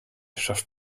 schafft